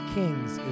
kings